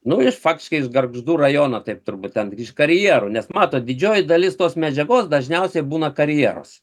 nu jis faktiškai iš gargždų rajono taip turbūt ten iš karjero nes matot didžioji dalis tos medžiagos dažniausiai būna karjeruos